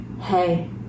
Hey